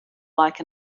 like